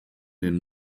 den